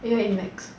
eh your want eat macs